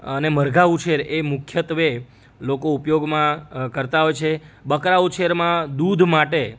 અને મરઘાં ઉછેર એ મુખ્યત્વે લોકો ઉપયોગમાં કરતાં હોય છે બકરા ઉછેરમાં દૂધ માટે